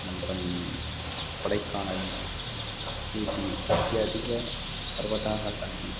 नन्तरं कोडैकेनल् ऊटी इत्यादिपर्वताः सन्ति